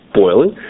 boiling